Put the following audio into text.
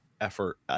effort